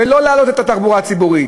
ולא להעלות את המחירים בתחבורה הציבורית.